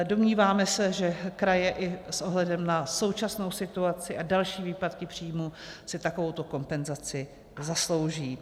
Domníváme se, že kraje i s ohledem na současnou situaci a další výpadky příjmů si takovouto kompenzaci zaslouží.